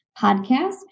podcast